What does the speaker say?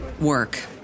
work